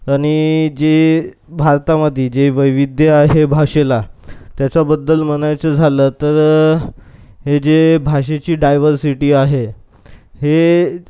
आणि जे भारतामधी जे वैविध्य आहे भाषेला त्याच्याबद्दल म्हणायचं झालं तर हे जे भाषेची डायव्हरसिटी आहे हे